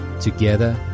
Together